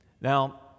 Now